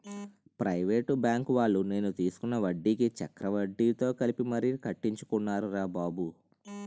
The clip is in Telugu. ప్రైవేటు బాంకువాళ్ళు నేను తీసుకున్న వడ్డీకి చక్రవడ్డీతో కలిపి మరీ కట్టించుకున్నారురా బాబు